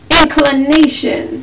inclination